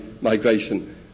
migration